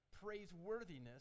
praiseworthiness